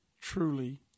truly